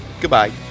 Goodbye